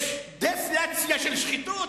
יש דפלציה של שחיתות?